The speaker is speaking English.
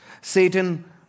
Satan